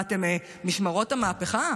מה, אתם משמרות המהפכה?